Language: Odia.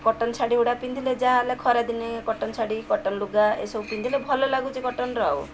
କଟନ୍ ଶାଢ଼ୀ ଗୁଡ଼ା ପିନ୍ଧିଲେ ଯାହାହେଲେ ଖରା ଦିନେ କଟନ୍ ଶାଢ଼ୀ କଟନ୍ ଲୁଗା ଏସବୁ ପିନ୍ଧିଲେ ଭଲ ଲାଗୁଛି କଟନ୍ର ଆଉ